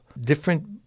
different